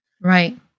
Right